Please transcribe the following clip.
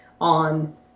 on